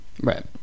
Right